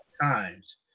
times